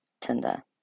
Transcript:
tinder